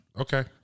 Okay